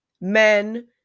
men